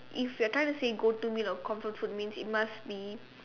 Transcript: if you are trying to say go to meal or comfort food means it must be